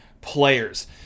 players